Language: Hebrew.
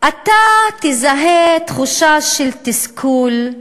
אתה תזהה תחושה של תסכול,